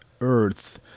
earth